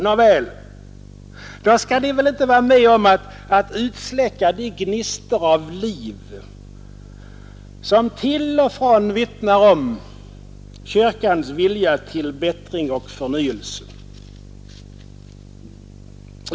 Nåväl, då skall ni väl inte vara med om att utsläcka de gnistor av liv som till och från vittnar om kyrkans vilja till bättring och förnyelse?